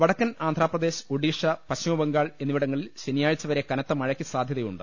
വടക്കൻ ആന്ധ്രാപ്രദേശ് ഒഡീഷ പശ്ചിമബംഗാൾ എന്നി വിടങ്ങളിൽ ശനിയാഴ്ച വരെ കനത്ത മഴയ്ക്ക് സ്ഥാധൃതയുണ്ട്